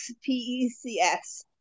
P-E-C-S